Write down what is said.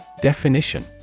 Definition